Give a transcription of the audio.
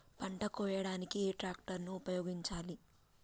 పంట కోయడానికి ఏ ట్రాక్టర్ ని ఉపయోగించాలి?